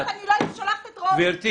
לא הייתי שולחת את רומי.